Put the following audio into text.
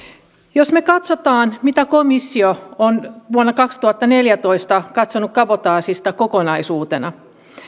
jos me katsomme mitä komissio on vuonna kaksituhattaneljätoista katsonut kabotaasista kokonaisuutena